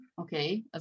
Okay